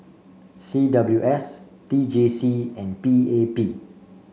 C W S T J C and P A P